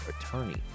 attorney